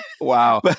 wow